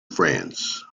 france